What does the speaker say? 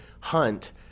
hunt